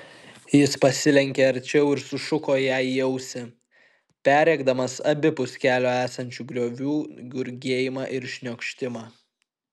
jis pasilenkė arčiau ir sušuko jai į ausį perrėkdamas abipus kelio esančių griovių gurgėjimą ir šniokštimą